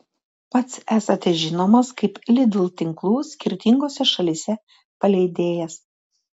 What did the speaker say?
pats esate žinomas kaip lidl tinklų skirtingose šalyse paleidėjas